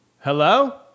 Hello